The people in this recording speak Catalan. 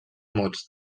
mots